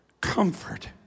comfort